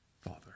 father